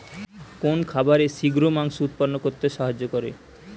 কোন খাবারে শিঘ্র মাংস উৎপন্ন করতে সাহায্য করে?